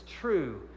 true